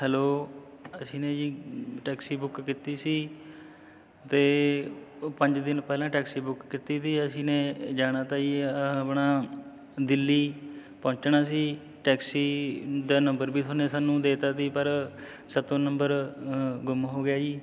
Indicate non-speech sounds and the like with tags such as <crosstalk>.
hello ਅਸੀਂ ਨਾ ਜੀ ਟੈਕਸੀ ਬੁੱਕ ਕੀਤੀ ਸੀ ਅਤੇ ਉਹ ਪੰਜ ਦਿਨ ਪਹਿਲਾਂ ਟੈਕਸੀ ਬੁੱਕ ਕੀਤੀ ਤੀ ਅਸੀਂ ਨੇ ਜਾਣਾ ਤਾ ਜੀ ਆਪਣਾ ਦਿੱਲੀ ਪਹੁੰਚਣਾ ਸੀ ਟੈਕਸੀ ਦਾ ਨੰਬਰ ਵੀ <unintelligible> ਸਾਨੂੰ ਦੇਤਾ ਜੀ ਪਰ ਸਾਤੋਂ ਨੰਬਰ ਗੁੰਮ ਹੋ ਗਿਆ ਜੀ